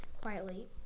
quietly